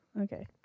Okay